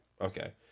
okay